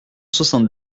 soixante